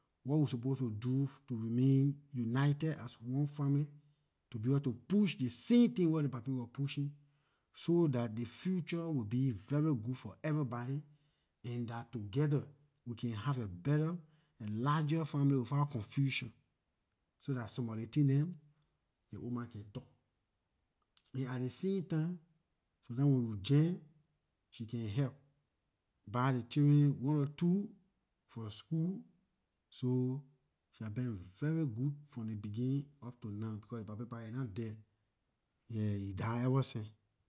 What we suppose to do to remain united as one family to be able to push ley same thing wer ley papay was pushing so dah ley future will be very good for everybody and that together we can have a better larger family without confusion so dah some of ley things dem ley oldma can talk and at ley same time some times when we jam she can help buy ley children one or two for school, so she have been very good from ley beginning up to now, becor ley papay pah it nah there, yeah he died ever since.